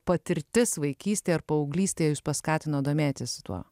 patirtis vaikystėj ar paauglystėj jus paskatino domėtis tuo